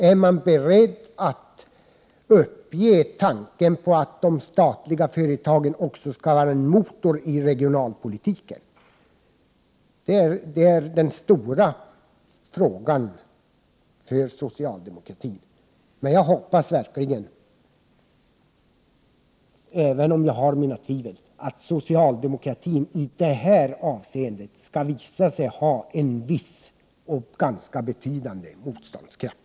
Är man beredd att uppge tanken på att de statliga företagen också skall våra en motor i regionalpolitiken? Det är den stora frågan för socialdemokratin. Men jag hoppas verkligen, även om jag har mina tvivel, att socialdemokratin i det här avseendet skall visa sig ha en viss och ganska betydande motståndskraft.